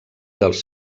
dels